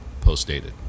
post-dated